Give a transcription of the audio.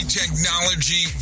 technology